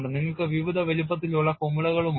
നിങ്ങൾക്ക് വിവിധ വലുപ്പത്തിലുള്ള കുമിളകളുണ്ട്